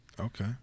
Okay